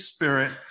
Spirit